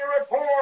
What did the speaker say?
report